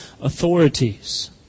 authorities